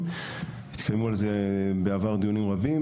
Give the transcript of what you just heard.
התקיימו על זה בעבר דיונים רבים,